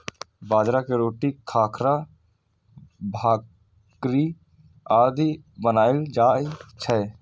बाजरा के रोटी, खाखरा, भाकरी आदि बनाएल जाइ छै